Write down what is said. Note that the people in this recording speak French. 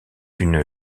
une